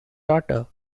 daughter